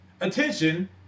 attention